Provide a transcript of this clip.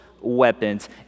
weapons